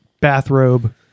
bathrobe